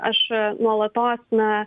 aš nuolatos na